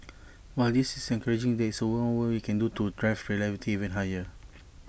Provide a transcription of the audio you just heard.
while this is encouraging there is more we can do to drive reliability even higher